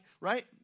Right